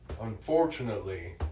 unfortunately